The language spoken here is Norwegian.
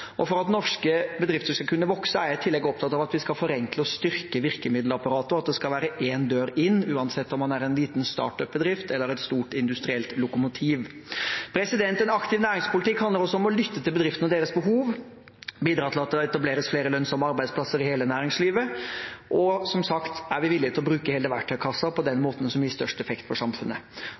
For at norske bedrifter skal kunne vokse, er jeg i tillegg opptatt av at vi skal forenkle og styrke virkemiddelapparatet, og at det skal være én dør inn, uansett om man er en liten start-up-bedrift eller et stort industrielt lokomotiv. En aktiv næringspolitikk handler også om å lytte til bedriftene og deres behov, bidra til at det etableres flere lønnsomme arbeidsplasser i hele næringslivet. Som sagt er vi villige til å bruke hele verktøykassen på den måten som gir størst effekt for samfunnet.